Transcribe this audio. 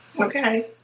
Okay